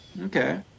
Okay